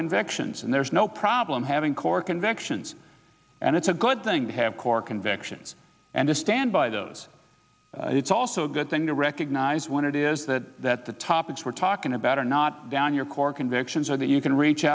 convictions and there's no problem having core convictions and it's a good thing to have core convictions and to stand by those it's also a good thing to recognize when it is that the topics we're talking about are not down your core convictions or that you can reach